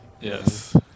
Yes